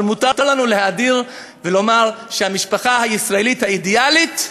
אבל מותר לנו להאדיר ולומר שהמשפחה הישראלית האידיאלית,